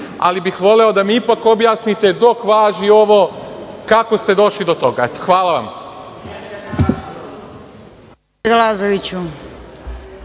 ali bih voleo da mi ipak objasnite dok važi ovo kako ste došli do toga? Hvala vam.